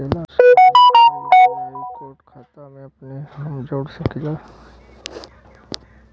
साहब का UPI code खाता से अपने हम जोड़ सकेला?